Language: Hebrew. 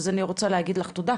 אז אני רוצה להגיד לך תודה,